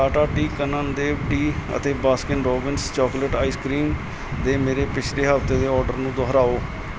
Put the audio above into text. Tata tea Kannan Dev tea ਅਤੇ Baskin Robbins chocolate ice cream ਦੇ ਮੇਰੇ ਪਿਛਲੇ ਹਫਤੇ ਦੇ ਆਰਡਰ ਨੂੰ ਦੁਹਰਾਓ